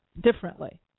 differently